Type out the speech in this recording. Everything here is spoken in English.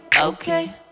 okay